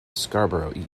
scarborough